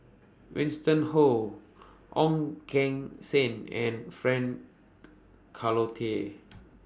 Winston Ho Ong Keng Sen and Frank Cloutier